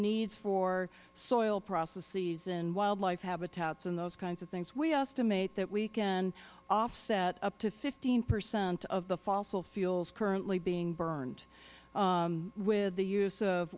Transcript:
needs for soil processes and wildlife habitats and those kinds of things we estimate that we can offset up to fifteen percent of the fossil fuels currently being burned with the use of